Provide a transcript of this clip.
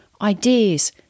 ideas